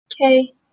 Okay